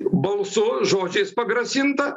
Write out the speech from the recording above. balsu žodžiais pagrasinta